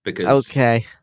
Okay